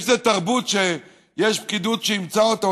יש תרבות שיש פקידות שאימצה אותה,